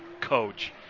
coach